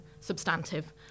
substantive